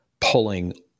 pulling